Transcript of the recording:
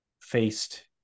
faced